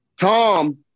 Tom